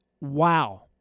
wow